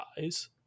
eyes